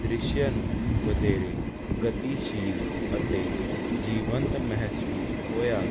ਦ੍ਰਿਸ਼ਯ ਨੂੰ ਵਧੇਰੇ ਗਤੀਸ਼ੀਲ ਅਤੇ ਜੀਵੰਤ ਮਹਿਸੂਸ ਹੋਇਆ